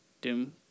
Doom